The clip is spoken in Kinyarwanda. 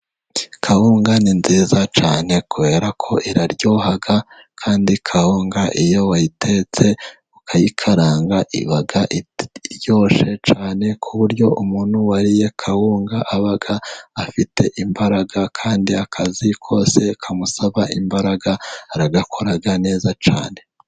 kawunga ni nziza cyane kubera ko iraryoha, kandi kawunga iyo wayitetse ukayikaranga iba iryoshe cyane, ku buryo umuntu wariye kawunga aba afite imbaraga kandi akazi kose kamusaba imbaraga aragakora neza cyane.